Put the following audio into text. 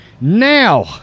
Now